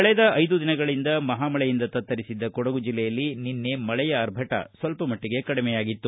ಕಳೆದ ಐದು ದಿನಗಳಿಂದ ಮಹಾಮಳೆಯಿಂದ ತತ್ತರಿಸಿದ್ದ ಕೊಡಗು ಜಿಲ್ಲೆಯಲ್ಲಿ ನಿನ್ನೆ ಮಳೆಯ ಆರ್ಭಟ ಸ್ವಲ್ಪ ಮಟ್ಟಿಗೆ ಕಡಿಮೆಯಾಗಿತ್ತು